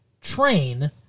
train